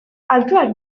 altuak